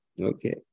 okay